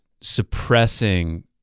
suppressing